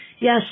Yes